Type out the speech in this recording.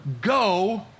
go